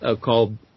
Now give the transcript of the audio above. called